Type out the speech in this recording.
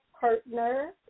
partner